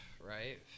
right